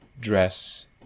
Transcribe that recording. dress